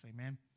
amen